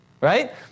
right